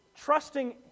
Trusting